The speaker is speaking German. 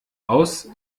aus